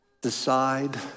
decide